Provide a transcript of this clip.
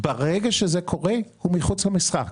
ברגע שזה קורה, היא מחוץ למשחק.